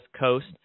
coast